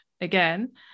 again